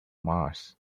mars